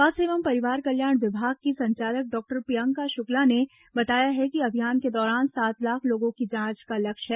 स्वास्थ्य एवं परिवार कल्याण विभाग की संचालक डॉ प्रियंका शुक्ला ने बताया कि अभियान के दौरान सात लाख लोगों की जांच का लक्ष्य है